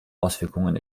auswirkungen